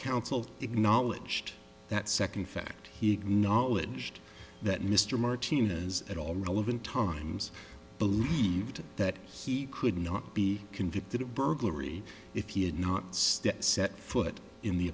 counsel acknowledged that second fact he acknowledged that mr martinez at all relevant times believed that he could not be convicted of burglary if he had not stepped set foot in the